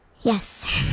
Yes